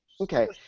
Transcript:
Okay